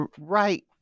Right